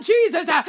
Jesus